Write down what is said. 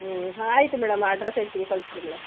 ಹ್ಞೂ ಆಯ್ತು madam address ಹೇಳ್ತೀನಿ ಕಳಿಸ್ಕೊಡಿ ಮೇಡಮ್